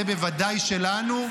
זה בוודאי שלנו.